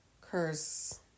curse